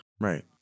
Right